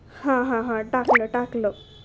हां हां हां टाकलं टाकलं